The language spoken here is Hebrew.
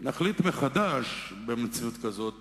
ונחליט מחדש במציאות כזאת